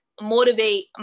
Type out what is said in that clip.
motivate